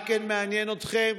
מה כן מעניין אתכם?